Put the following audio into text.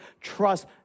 trust